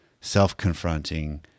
self-confronting